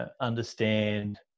understand